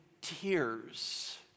tears